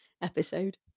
episode